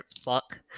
fuck